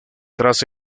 tras